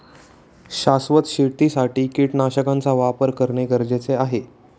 शाश्वत शेतीसाठी कीटकनाशकांचा वापर करणे गरजेचे आहे